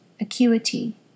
acuity